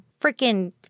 freaking